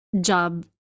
job